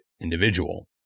individual